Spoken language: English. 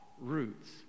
roots